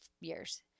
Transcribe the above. years